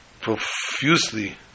profusely